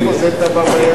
איפה זה טבע בים?